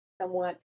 somewhat